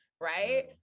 right